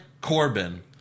Corbin